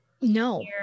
no